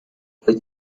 وای